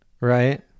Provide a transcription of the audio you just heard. Right